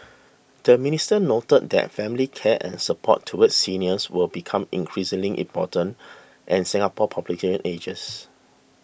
the minister noted that family care and support towards seniors will become increasingly important as Singapore's population ages